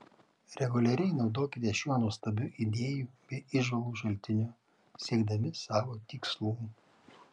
reguliariai naudokitės šiuo nuostabiu idėjų bei įžvalgų šaltiniu siekdami savo tikslų